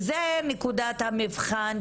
זו נקודת המבחן,